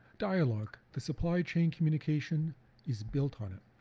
dialogue. the supply chain communication is built on it.